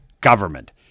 government